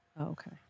Okay